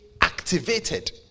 activated